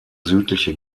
südliche